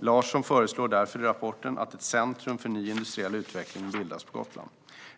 Larsson föreslår därför i rapporten att ett centrum för ny industriell utveckling ska bildas på Gotland.